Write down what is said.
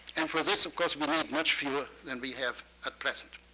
and for this, of course, we have much fewer than we have at present.